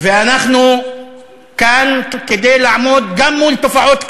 ואנחנו כאן כדי לעמוד גם מול תופעות כאלה.